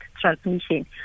transmission